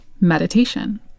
Meditation